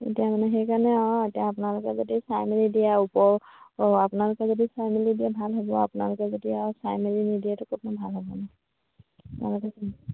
এতিয়া মানে সেইকাৰণে আৰু এতিয়া আপোনালোকে যদি চাই মেলি দিয়ে ওপৰ অ আপোনালোকে যদি চাই মেলি দিয়ে ভাল হ'ব আপোনালোকে যদি আৰু চাই মেলি নিদিয়েতো ক'তনো ভাল হ'ব ন আপোনালোকে